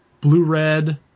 Blue-red